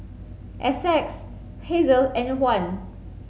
Essex Hazel and Juan